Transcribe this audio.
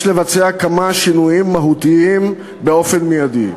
לבצע כמה שינויים מהותיים באופן מיידי: